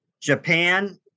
Japan